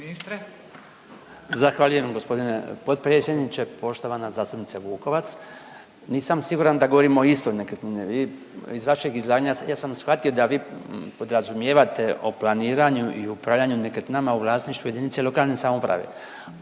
(HDZ)** Zahvaljujem g. potpredsjedniče. Poštovani zastupnice Vukovac, nisam siguran da govorimo o istoj nekretnini. Vi iz vašeg izlaganja ja sam shvatio da vi podrazumijevanju o planiranju i upravljanju nekretninama u vlasništvu jedinice lokalne samouprave.